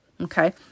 Okay